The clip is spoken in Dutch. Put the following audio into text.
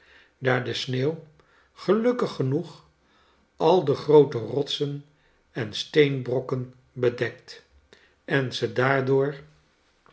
daar de sneeuw gelukkig genoeg al de groote rotsen en steenbrokken bedekt en ze daardoor